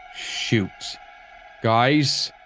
shoot guys.